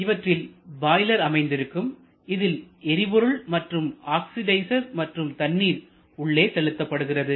இவற்றில் பாய்லர் அமைந்திருக்கும் இதில் எரிபொருள் மற்றும் ஆக்சிடைசேர் மற்றும் தண்ணீர் உள்ளே செலுத்தப்படுகிறது